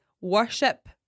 Worship